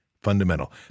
Fundamental